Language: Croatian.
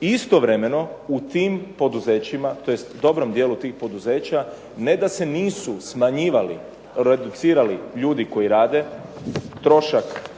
Istovremeno u tim poduzećima tj. Dobrom dijelu tih poduzeća ne da se nisu reducirali ljudi koji rade, trošak